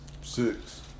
six